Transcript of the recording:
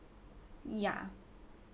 ya